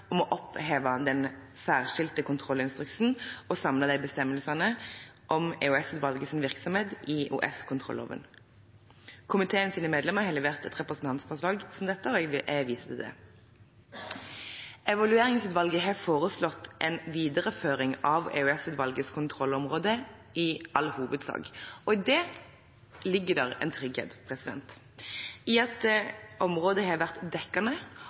om å oppheve den særskilte kontrollinstruksen og samle bestemmelsene om EOS-utvalgets virksomhet i EOS-kontrolloven. Komiteens medlemmer har levert et representantforslag om dette, og jeg viser til det. Evalueringsutvalget har i all hovedsak foreslått en videreføring av EOS-utvalgets kontrollområde. I det ligger det en trygghet for at området har vært dekkende,